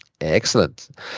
Excellent